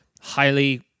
highly